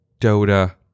Dota